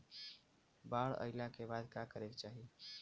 बाढ़ आइला के बाद का करे के चाही?